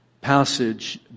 passage